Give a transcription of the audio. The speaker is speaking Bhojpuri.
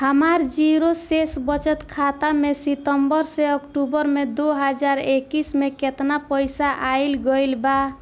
हमार जीरो शेष बचत खाता में सितंबर से अक्तूबर में दो हज़ार इक्कीस में केतना पइसा आइल गइल बा?